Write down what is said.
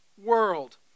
world